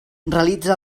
realitza